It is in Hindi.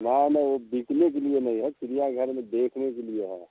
ना ना वो बिकने के लिए नहीं है चिड़ियाघर में देखने के लिए है